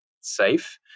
safe